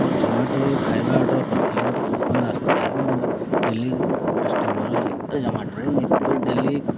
ମୋର ଜୋମାଟୋରୁ ଖାଇବା ଅର୍ଡ଼ର କରିଥିଲି ଗୋଟେ କୁପନ ଆସିଥିଲା ମୁଁ ଡେଲି କାଷ୍ଟମର ଜମାଟୋର ଡେଲି